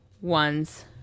One's